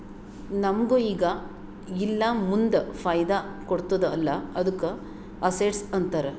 ನಮುಗ್ ಈಗ ಇಲ್ಲಾ ಮುಂದ್ ಫೈದಾ ಕೊಡ್ತುದ್ ಅಲ್ಲಾ ಅದ್ದುಕ ಅಸೆಟ್ಸ್ ಅಂತಾರ್